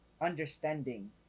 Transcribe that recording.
understanding